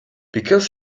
because